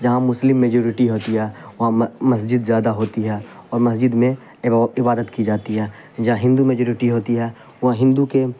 جہاں مسلم میجورٹی ہوتی ہے وہاں مسجد زیادہ ہوتی ہے اور مسجد میں عبادت کی جاتی ہے جہاں ہندو میجورٹی ہوتی ہے وہاں ہندو کے